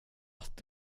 att